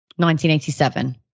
1987